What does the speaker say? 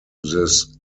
this